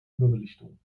überbelichtung